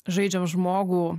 žaidžiam žmogų